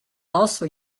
also